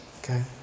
okay